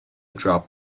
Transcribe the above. dropped